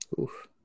Oof